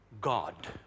God